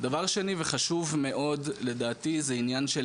דבר שני וחשוב מאוד לדעתי זה עניין של